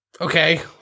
Okay